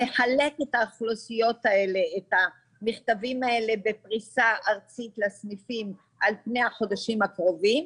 נחלק את המכתבים בפרישה ארצית לסניפים על פני החודשים הקרובים,